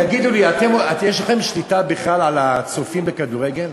יש לכם שליטה בכלל על הצופים בכדורגל?